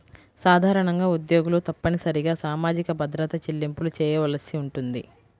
సాధారణంగా ఉద్యోగులు తప్పనిసరిగా సామాజిక భద్రత చెల్లింపులు చేయవలసి ఉంటుంది